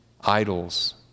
idols